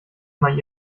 mal